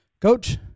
Coach